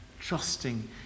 trusting